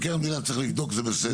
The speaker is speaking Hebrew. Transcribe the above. מבקר המדינה צריך לבדוק, זה בסדר.